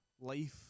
life